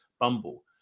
Bumble